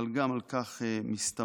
אבל גם על כך מסתמכת